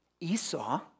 Esau